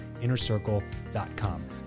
innercircle.com